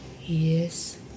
Yes